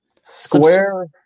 Square